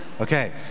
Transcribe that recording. Okay